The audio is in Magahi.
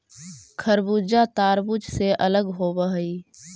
खरबूजा तारबुज से अलग होवअ हई